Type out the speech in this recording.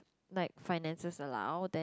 like finances allow then